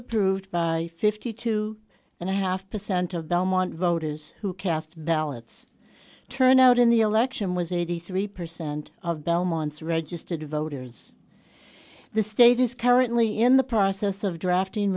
approved by fifty two and a half percent of belmont voters who cast ballots turnout in the election was eighty three percent of belmont's registered voters the state is currently in the process of drafting